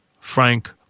Frank